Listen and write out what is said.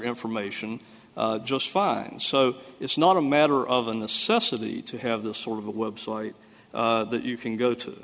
information just fine so it's not a matter of a necessity to have this sort of a website that you can go to